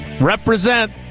Represent